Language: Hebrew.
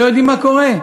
ולא יודעים מה קורה?